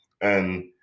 And-